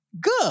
good